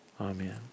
Amen